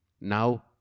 Now